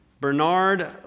Bernard